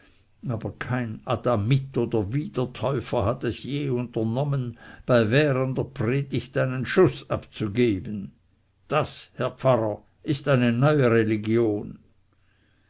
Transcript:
aber kein adamit oder wiedertäufer hat es je unternommen bei währender predigt einen schuß abzugeben das herr pfarrer ist eine neue religion